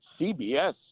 CBS